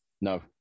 No